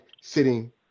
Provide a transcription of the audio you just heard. sitting